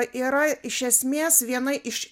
yra iš esmės viena iš